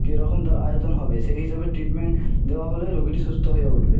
কীরকম তার আয়তন হবে সেই হিসাবে ট্রিটমেন্ট দেওয়া হলে রোগীটি সুস্থ হয়ে উঠবে